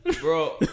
Bro